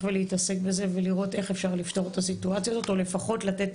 ולהתעסק בזה ולראות איך אפשר לפתור את הסיטואציה הזאת או לפחות לתת